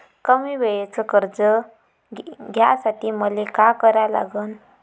कमी वेळेचं कर्ज घ्यासाठी मले का करा लागन?